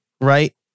Right